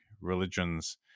religions